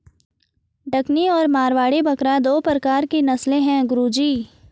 डकनी और मारवाड़ी बकरा दो प्रकार के नस्ल है गुरु जी